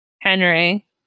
Henry